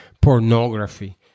pornography